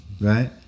Right